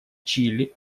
чили